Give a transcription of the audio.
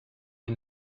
est